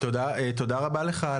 --- תודה רבה לך,